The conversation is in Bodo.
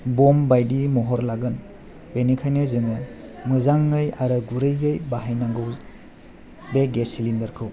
बम बायदि महर लागोन बेनिखायनो जोङो मोजांयै आरो गुरैयै बैहैयनांगौ बे गेस सिलिण्डारखौ